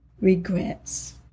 regrets